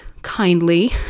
kindly